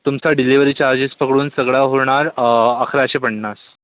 तुमचा delivery charges पकडून सगळा होणार अकराशे पन्नास